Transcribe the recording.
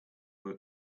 were